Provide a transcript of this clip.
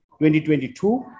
2022